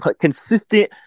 consistent